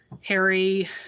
Harry